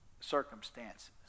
circumstances